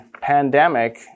pandemic